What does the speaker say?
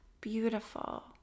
beautiful